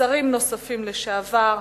שרים לשעבר נוספים,